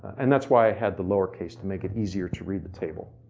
and that's why i had the lowercase, to make it easier to read the table.